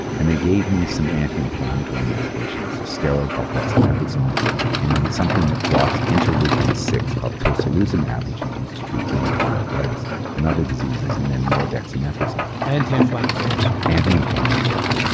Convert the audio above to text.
and they gave me some anti-inflammatory medications, a steroid called dexamethazone and then something that blocks interleukin six called tocilizumab, which is used to treat rheumatoid arthritis and other diseases and then more dexamethazone. anti-inflammatories. anti-inflammatories,